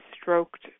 stroked